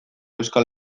euskal